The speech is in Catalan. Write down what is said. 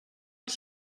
els